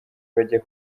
bajya